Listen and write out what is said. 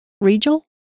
regal